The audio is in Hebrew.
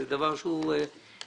זה דבר שהוא מזעזע.